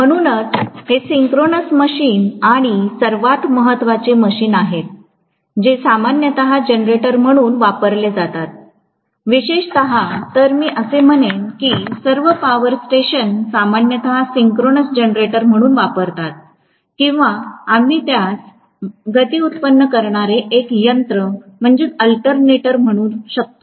म्हणूनच हे synchronous machine किंवा सर्वात महत्वाचे मशीन्स आहेत जे सामान्यत जनरेटर म्हणून वापरले जातात विशेषत तर मी असे म्हणेन की सर्व पॉवर स्टेशन सामान्यत सिंक्रोनस जनरेटर म्हणून वापरतात किंवा आम्ही त्यास गती उपन्न करणारे एक यंत्र अल्टरनेटर म्हणू शकतो